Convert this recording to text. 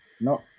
No